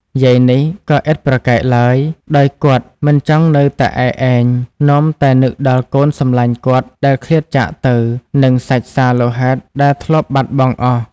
យាយនេះក៏ឥតប្រកែកឡើយ ដោយគាត់មិនចង់នៅតែឯកឯង នាំតែនឹកដល់កូនសំឡាញ់គាត់ដែលឃ្លាតចាកទៅ និងសាច់សាលោហិតដែលធ្លាប់បាត់បង់អស់ ។